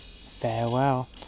Farewell